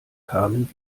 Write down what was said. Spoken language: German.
kamen